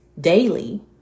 daily